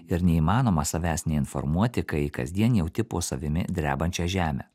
ir neįmanoma savęs neinformuoti kai kasdien jauti po savimi drebančią žemę